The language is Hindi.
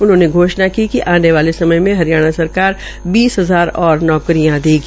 उन्होंने घोषणा की कि आने वाले समय में हरियाणा सरकार बीस हजार और नौकरियां देगी